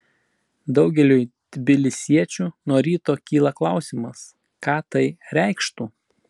daugeliui tbilisiečių nuo ryto kyla klausimas ką tai reikštų